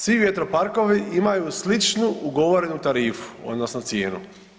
Svi vjetroparkovi imaju sličnu ugovorenu tarifu, odnosno cijenu.